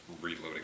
Reloading